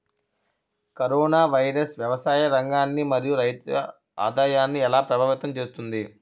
Corona virus వ్యవసాయ రంగాన్ని మరియు రైతుల ఆదాయాన్ని ఎలా ప్రభావితం చేస్తుంది?